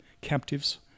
captives